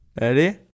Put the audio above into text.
Ready